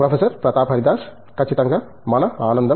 professor Pratap Haridas ఖచ్చితంగా మన ఆనందం